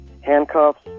Handcuffs